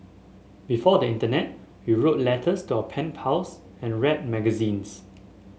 before the internet we wrote letters to our pen pals and read magazines